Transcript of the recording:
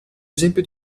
esempio